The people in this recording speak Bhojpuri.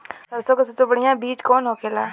सरसों का सबसे बढ़ियां बीज कवन होखेला?